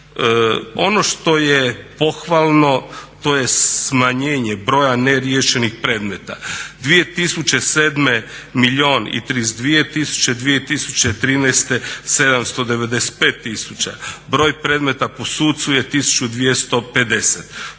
Ono što je pohvalno to je smanjenje broja neriješenih predmeta. 2007. milijun i 32000, 2013. 795000. Broj predmeta po sucu je 1250.